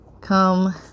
Come